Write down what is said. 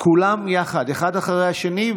כולם יחד, אחד אחרי השני.